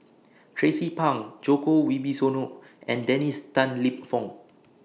Tracie Pang Djoko Wibisono and Dennis Tan Lip Fong